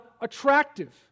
attractive